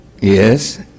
yes